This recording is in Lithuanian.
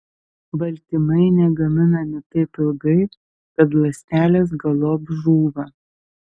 baltymai negaminami taip ilgai kad ląstelės galop žūva